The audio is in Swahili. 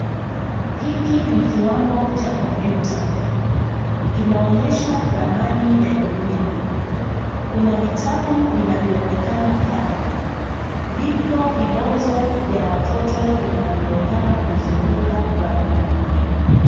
Hiki ni kiwambo cha kompyuta. Kinaonyesha ramani ya dunia. Kuna vitabu vinavyoonekana pale. Vipo vibonzo vya watoto vinavyoonekana kuzunguka ramani hiyo.